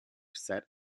set